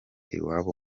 iwabo